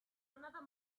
another